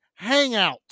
hangouts